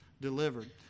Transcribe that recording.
delivered